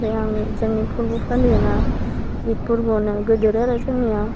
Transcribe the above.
बे आंनि जोंनि फोरबो फालियोना इद फोरबोआवनो गेदेर आरो जोंनिआव